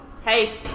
Hey